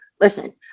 listen